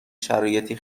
شرایطی